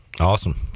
awesome